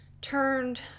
turned